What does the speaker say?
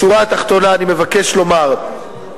בשורה התחתונה אני מבקש לומר: